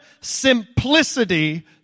simplicity